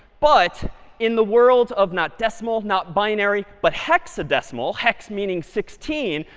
but in the world of not decimal, not binary, but hexadecimal hex meaning sixteen.